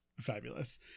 fabulous